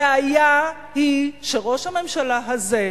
הבעיה היא שראש הממשלה הזה,